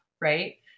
right